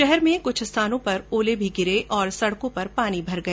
शहर में कुछ स्थानों पर ओले भी गिरे और सड़कों पर पानी भर गया